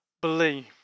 believe